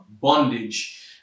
bondage